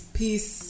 peace